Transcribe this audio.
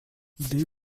they